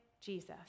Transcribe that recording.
jesus